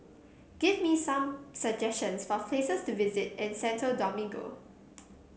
give me some suggestions for places to visit in Santo Domingo